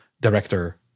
director